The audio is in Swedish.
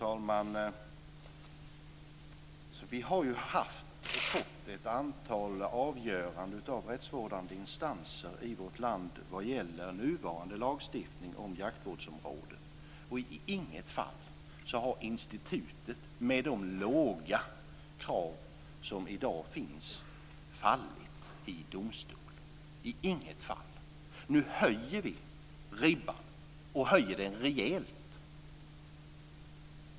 Fru talman! Vi har haft och fått ett antal avgöranden av rättsvårdande instanser i vårt land vad gäller nuvarande lagstiftning om jaktvårdsområden. I inget fall har institutet med de låga krav som i dag finns fallit i domstol - i inget fall! Nu höjer vi ribban, och gör det rejält.